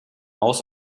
maus